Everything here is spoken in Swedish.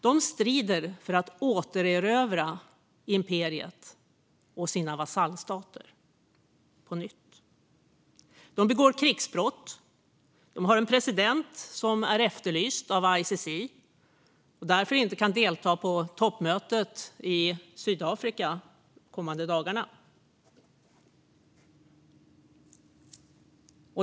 De strider för att återerövra imperiet och sina vasallstater. De begår krigsbrott. De har en president som är efterlyst av ICC och därför inte kan delta i toppmötet i Sydafrika under de kommande dagarna.